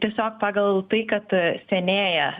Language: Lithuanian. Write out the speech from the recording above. tiesiog pagal tai kad senėja